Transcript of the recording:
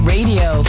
Radio